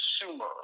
consumer